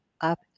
up